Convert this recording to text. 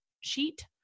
sheet